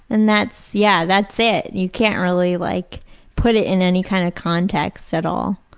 and that's yeah that's it. you can't really like put it in any kind of context at all.